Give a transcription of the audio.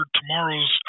tomorrow's